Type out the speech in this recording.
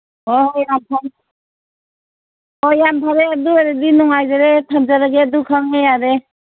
ꯑꯣ ꯌꯥꯝ ꯑꯣ ꯌꯥꯝ ꯐꯔꯦ ꯑꯗꯨ ꯑꯣꯏꯔꯗꯤ ꯅꯨꯡꯉꯥꯏꯖꯔꯦ ꯊꯝꯖꯔꯒꯦ ꯑꯗꯨ ꯈꯪꯉꯦ ꯌꯥꯔꯦ